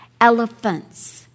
elephants